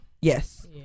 Yes